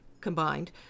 combined